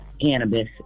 cannabis